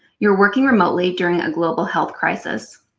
you're working remotely during a global health crisis.